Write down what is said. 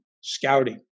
scouting